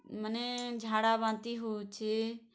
ମାନେ ଝାଡ଼ାବାନ୍ତି ହଉଛେ